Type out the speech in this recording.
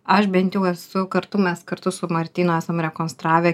aš bent jau esu kartu mes kartu su martynu esam rekonstravę